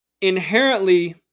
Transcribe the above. inherently